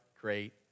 great